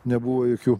nebuvo jokių